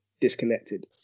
disconnected